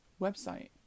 website